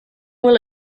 will